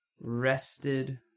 rested